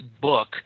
book